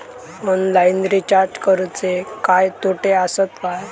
Online recharge करुचे काय तोटे आसत काय?